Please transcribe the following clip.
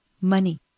Money